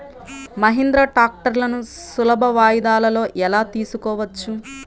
మహీంద్రా ట్రాక్టర్లను సులభ వాయిదాలలో ఎలా తీసుకోవచ్చు?